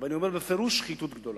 ואני אומר בפירוש: שחיתות גדולה,